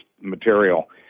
material